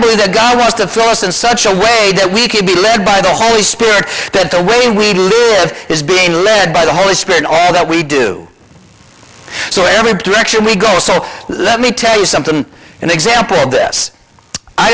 believe that god was to fill us in such a way that we could be led by the holy spirit that the way we live is being led by the holy spirit all that we do so every direction we go so let me tell you something an example of th